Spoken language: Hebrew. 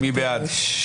ברצפים של 20,